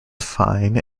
fine